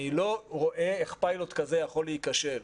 אני לא רואה איך פיילוט כזה יכול להיכשל.